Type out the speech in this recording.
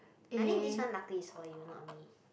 I think this one luckily is for you not me